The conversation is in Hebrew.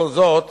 כל זאת